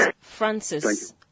Francis